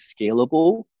scalable